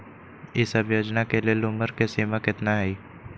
ई सब योजना के लेल उमर के सीमा केतना हई?